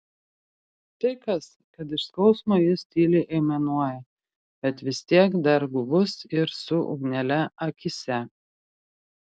tai kas kad iš skausmo jis tyliai aimanuoja bet vis tiek dar guvus ir su ugnele akyse